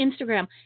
Instagram